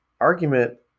Argument